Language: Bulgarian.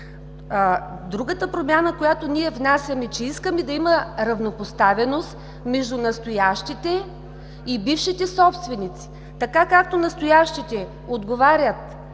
Другата промяна, която ние внасяме, е, че искаме да има равнопоставеност между настоящите и бившите собственици, така както настоящите отговарят